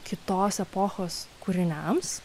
kitos epochos kūriniams